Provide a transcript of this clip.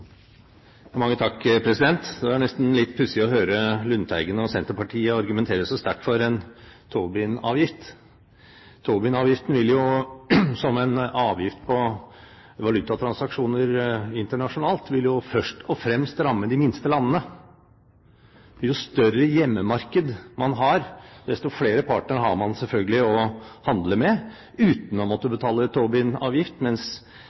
Det var nesten litt pussig å høre Lundteigen og Senterpartiet argumentere så sterkt for en Tobin-avgift. Tobin-avgiften, en avgift på valutatransaksjoner internasjonalt, vil jo først og fremst ramme de minste landene. Jo større hjemmemarked man har, desto flere partnere har man selvfølgelig å handle med uten å måtte betale Tobin-avgift, mens